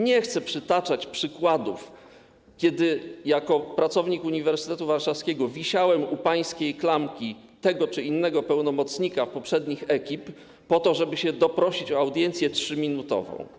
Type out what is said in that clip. Nie chcę przytaczać przykładów, kiedy jako pracownik Uniwersytetu Warszawskiego wisiałem u pańskiej klamki tego czy innego pełnomocnika poprzednich ekip, po to żeby się doprosić o 3-minutową audiencję.